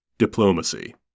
Diplomacy